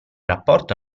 rapporto